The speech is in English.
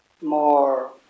more